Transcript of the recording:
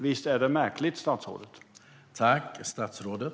Visst är det märkligt, statsrådet?